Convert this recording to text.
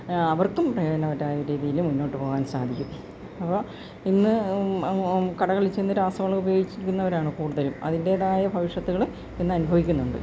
അവർക്കും പ്രയോജനകരായ രീതിയില് മുന്നോട്ട് പോകാൻ സാധിക്കും അപ്പോൾ ഇന്ന് കടകളിൽ ചെന്ന് രാസവളം ഉപയോഗിച്ചിരുന്നവരാണ് കൂടുതലും അതിൻറ്റേതായ ഭവിഷ്യത്തുകള് ഇന്ന് അനുഭവിക്കുന്നുണ്ട്